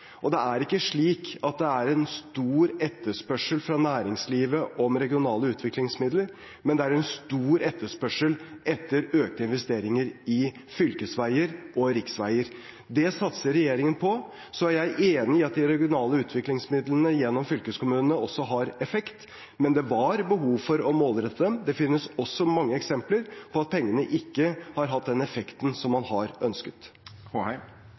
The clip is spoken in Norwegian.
og det er ikke slik at det er en stor etterspørsel fra næringslivet etter regionale utviklingsmidler. Men det er en stor etterspørsel etter økte investeringer i fylkesveier og riksveier. Det satser regjeringen på. Så er jeg enig i at de regionale utviklingsmidlene gjennom fylkeskommunene også har effekt, men det var behov for å målrette dem. Det finnes også mange eksempler på at pengene ikke har hatt den effekten som man har ønsket.